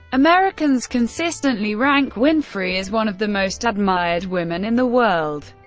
americans consistently rank winfrey as one of the most admired women in the world.